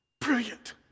brilliant